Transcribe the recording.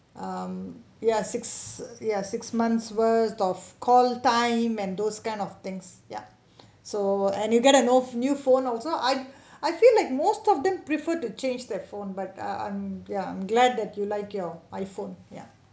um ya six ya six months worth of call time and those kind of things ya so and you get a you know new phone also I I feel like most of them prefer to change their phone but ah I'm ya I'm glad that you like your I_phone ya